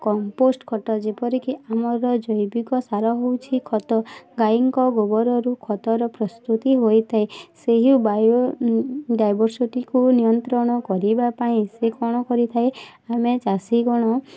compost ଖତ ଯେପରି କି ଆମର ଜୈବିକ ସାର ହେଉଛି ଖତ ଗାଈଙ୍କ ଗୋବରରୁ ଖତର ପ୍ରସ୍ତୁତି ହୋଇଥାଏ ସେହି ବାଇଓ ଡାଇବରସିଟିକୁ ନିୟନ୍ତ୍ରଣ କରିବା ପାଇଁ ସେ କ'ଣ କରିଥାଏ ଆମେ ଚାଷୀ ଗଣ